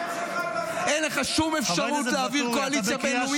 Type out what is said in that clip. אין לך שום אפשרות להעביר קואליציה בין-לאומית